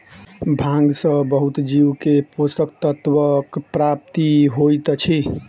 भांग सॅ बहुत जीव के पोषक तत्वक प्राप्ति होइत अछि